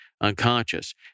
unconscious